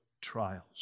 trials